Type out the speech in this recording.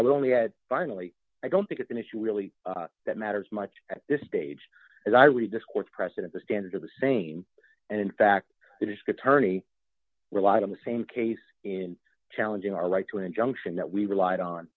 i would only add finally i don't think it's an issue really that matters much at this stage as i read this court's precedent the standards are the same and in fact the district attorney relied on the same case in challenging our right to an injunction that we relied on